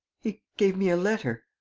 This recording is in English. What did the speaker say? he gave me a letter.